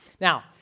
Now